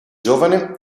giovane